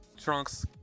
Trunks